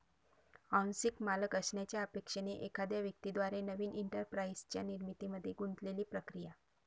आंशिक मालक असण्याच्या अपेक्षेने एखाद्या व्यक्ती द्वारे नवीन एंटरप्राइझच्या निर्मितीमध्ये गुंतलेली प्रक्रिया